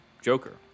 Joker